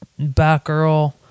Batgirl